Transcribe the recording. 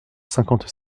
cinquante